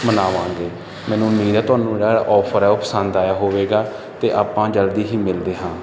ਮਨਾਵਾਂਗੇ ਮੈਨੂੰ ਉਮੀਦ ਹੈ ਤੁਹਾਨੂੰ ਔਫਰ ਆ ਉਹ ਪਸੰਦ ਆਇਆ ਹੋਵੇਗਾ ਅਤੇ ਆਪਾਂ ਜਲਦੀ ਹੀ ਮਿਲਦੇ ਹਾਂ